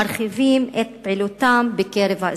מרחיבים את פעילותן בקרב האזרחים.